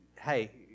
hey